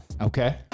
Okay